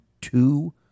two